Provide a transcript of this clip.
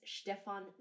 Stefan